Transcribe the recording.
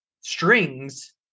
strings